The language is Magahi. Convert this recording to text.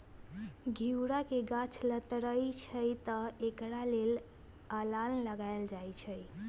घिउरा के गाछ लथरइ छइ तऽ एकरा लेल अलांन लगायल जाई छै